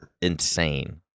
insane